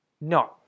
no